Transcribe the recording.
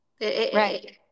Right